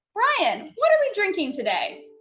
brian, what are we drinking today?